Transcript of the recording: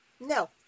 No